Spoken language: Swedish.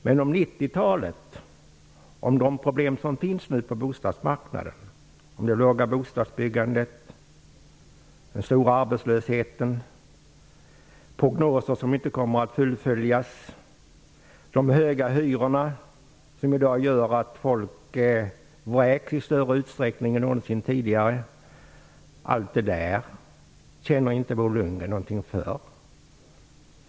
Men om de problem som finns på bostadsmarknaden nu på 90-talet -- det låga bostadsbyggandet, den stora arbetslösheten, prognoser som inte kommer att fullföljas, de höga hyrorna som gör att folk i dag vräks i större utsträckning än någonsin tidigare -- känner inte Bo Lundgren något för.